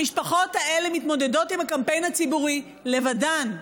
המשפחות האלה מתמודדות עם הקמפיין הציבורי לבדן.